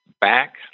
back